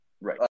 Right